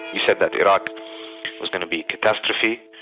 he said that iraq was going to be a catastrophe,